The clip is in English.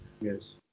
Yes